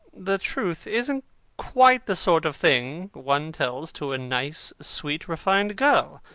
the truth isn't quite the sort of thing one tells to a nice, sweet, refined girl.